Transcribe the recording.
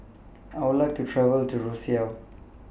I Would like to travel to Roseau